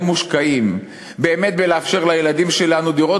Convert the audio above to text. מושקעים באמת בלאפשר לילדים שלנו דירות,